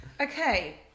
Okay